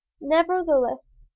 nevertheless